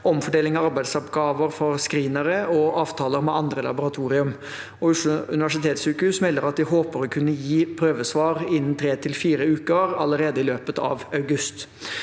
omfordeling av arbeidsoppgaver for screenere og avtaler med andre laboratorium. Oslo universitetssykehus melder at de håper å kunne gi prøvesvar innen tre til fire uker allerede i løpet av august.